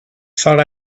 thought